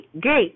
great